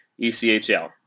ECHL